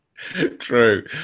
True